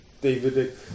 Davidic